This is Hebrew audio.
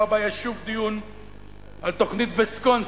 בשבוע הבא יהיה שוב דיון על תוכנית ויסקונסין,